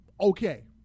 Okay